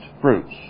fruits